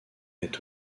est